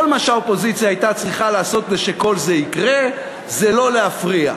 כל מה שהאופוזיציה הייתה צריכה לעשות כדי שכל זה יקרה זה לא להפריע,